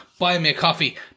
buymeacoffee